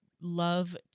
love